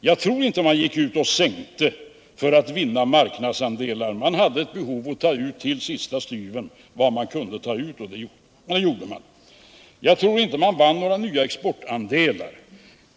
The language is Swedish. Jag tror inte att man delvalverade för att vinna marknadsandelar. Man hade ett behov av att ta ut till sista styvern vad man kunde ta ut och det gjorde man. Jag tror inte att man vann några nya exportandelar.